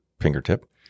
fingertip